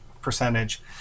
percentage